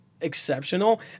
exceptional